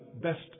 best